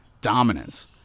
dominance